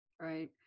Right